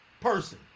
person